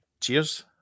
Cheers